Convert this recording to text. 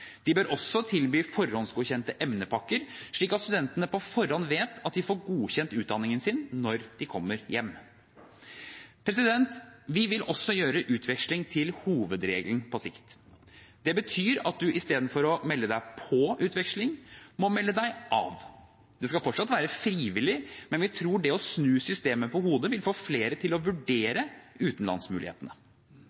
De bør også tilby forhåndsgodkjente emnepakker, slik at studentene på forhånd vet at de får godkjent utdanningen sin når de kommer hjem. Vi vil også gjøre utveksling til hovedregelen på sikt. Det betyr at man istedenfor å melde seg på utveksling, må melde seg av. Det skal fortsatt være frivillig, men vi tror det å snu systemet på hodet vil få flere til å